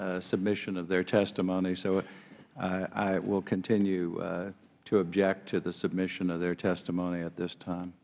e submission of their testimony so i will continue to object to the submission of their testimony at this time